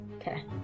Okay